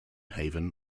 haven